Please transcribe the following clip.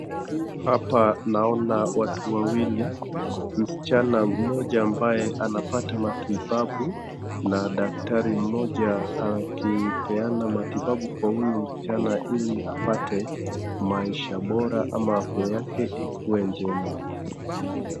Hapa naona watu wawili, msichana mmoja ambaye anapata matibabu na daktari mmoja akipeana matibabu kwa huyu msichana ili apate maisha bora ama afya yake ikue njema.